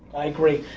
i agree.